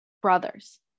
Brothers